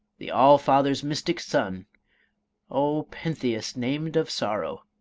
the all-father's mystic son o pentheus, named of sorrow!